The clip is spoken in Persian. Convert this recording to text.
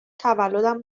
تولدم